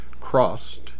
crossed